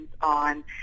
on